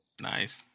Nice